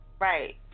Right